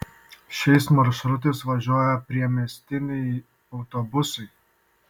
šiais maršrutais važiuoja priemiestiniai autobusai